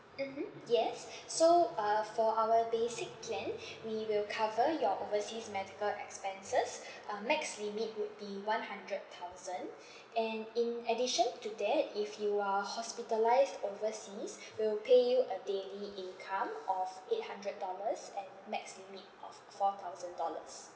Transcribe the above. mmhmm yes so uh for our basic plan we will cover your overseas medical expenses uh max limit would be one hundred thousand and in addition to that if you are hospitalised overseas we will pay you a daily income of eight hundred dollars at max limit of four thousand dollars